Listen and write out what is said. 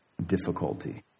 Difficulty